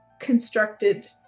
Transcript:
constructed